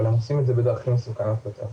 אבל הם עושים את זה בדרכים מסוכנות יותר,